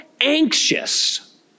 anxious